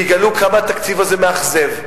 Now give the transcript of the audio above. ויגלו כמה התקציב הזה מאכזב,